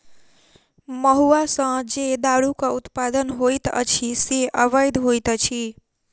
महुआ सॅ जे दारूक उत्पादन होइत अछि से अवैध होइत अछि